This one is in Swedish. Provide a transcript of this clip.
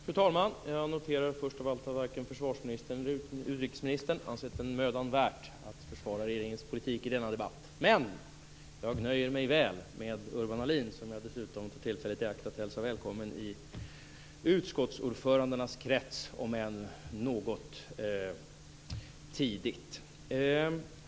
Fru talman! Jag noterar först av allt att varken försvarsministern eller utrikesministern ansett det mödan värt att försvara regeringens politik i denna debatt. Men jag nöjer mig väl med Urban Ahlin, som jag dessutom tar tillfället i akt att hälsa välkommen i utskottsordförandenas krets - om än något tidigt.